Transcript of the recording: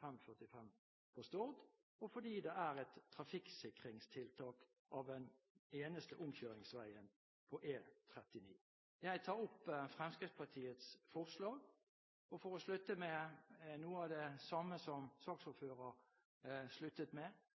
545 på Stord, og fordi det er et trafikksikringstiltak: den eneste omkjøringsveien for E39. For å slutte med noe av det samme som saksordføreren sluttet med: